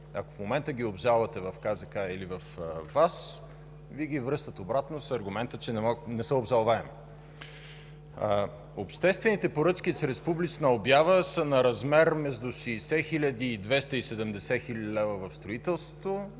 Ако в момента ги обжалвате в КЗК или във ВАС, Ви ги връщат обратно с аргумента, че не са обжалваеми. Обществените поръчки чрез публична обява са на размер между 60 хил. и 270 хил. лв. в строителството